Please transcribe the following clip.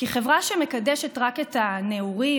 כי חברה שמקדשת רק את הנעורים,